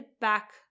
back